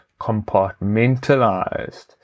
compartmentalized